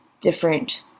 different